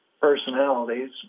personalities